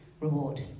reward